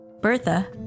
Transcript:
Bertha